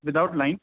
without line